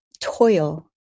toil